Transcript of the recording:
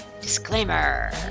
Disclaimer